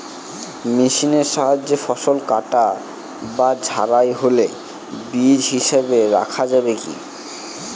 মেশিনের সাহায্যে ফসল কাটা ও ঝাড়াই হলে বীজ হিসাবে রাখা যাবে কি?